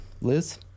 Liz